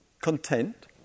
content